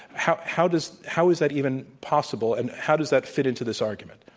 how how does how is that even possible? and how does that fit into this argument?